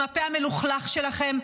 עם הפה המלוכלך שלכם,